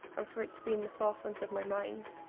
ah for it to be in the forefront of my mind.